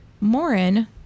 Morin